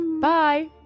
Bye